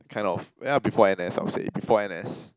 kind of yeah before N_S I would say before N_S